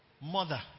mother